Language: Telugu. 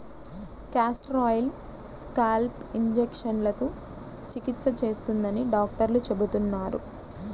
కాస్టర్ ఆయిల్ స్కాల్ప్ ఇన్ఫెక్షన్లకు చికిత్స చేస్తుందని డాక్టర్లు చెబుతున్నారు